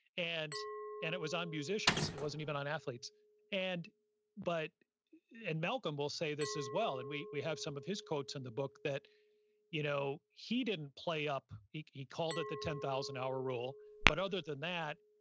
and and it was on musicians. it wasn't even on athletes and but and malcolm will say this as well, and we we have some of his quotes in the book, that you know he didn't play up, he called it the ten thousand hour rule, but other than that,